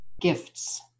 gifts